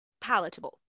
palatable